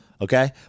okay